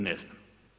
Ne znam.